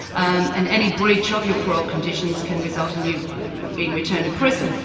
um and any breach of your parole conditions can result in you being returned to prison.